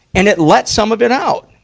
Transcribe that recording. and it let some of it out.